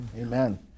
Amen